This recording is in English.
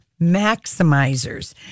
maximizers